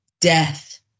death